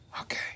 Okay